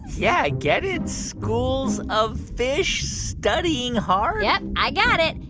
yeah. get it? schools of fish studying hard? yeah, i got it.